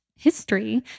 History